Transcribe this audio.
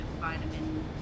vitamin